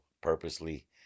purposely